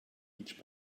each